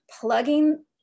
plugging